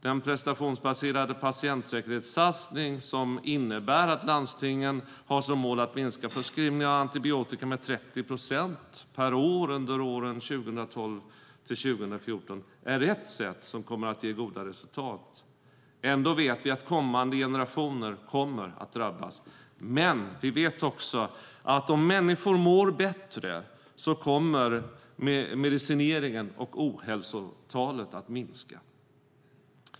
Den prestationsbaserade patientsäkerhetssatsning som innebär att landstingen har som mål att minska förskrivningen av antibiotika med 30 procent per år under åren 2012-2014 är ett sätt som kommer att ge goda resultat. Ändå vet vi att kommande generationer kommer att drabbas. Men vi vet också att om människor mår bättre kommer medicineringen och ohälsotalet att minska.